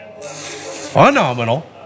Phenomenal